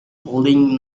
building